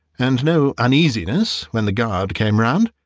and no uneasiness when the guard came round.